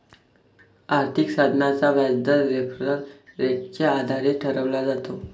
आर्थिक साधनाचा व्याजदर रेफरल रेटच्या आधारे ठरवला जातो